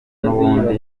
nubundi